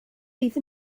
fydd